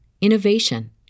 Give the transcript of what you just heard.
innovation